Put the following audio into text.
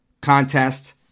contest